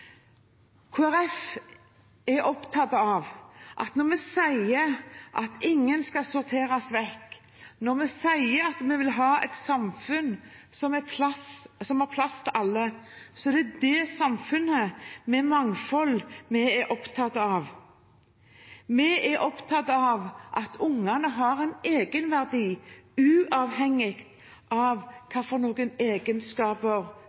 Folkeparti er opptatt av at når vi sier at ingen skal sorteres vekk, når vi sier at vi vil ha et samfunn som har plass til alle, så er det et samfunn med mangfold vi er opptatt av. Vi er opptatt av at ungene har en egenverdi, uavhengig av